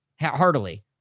heartily